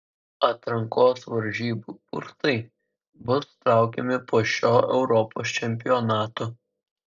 atrankos varžybų burtai bus traukiami po šio europos čempionato